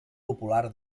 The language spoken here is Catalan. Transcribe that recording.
popular